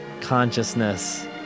consciousness